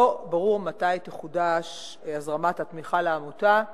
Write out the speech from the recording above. לא ברור מתי תחודש הזרמת התמיכה לעמותה.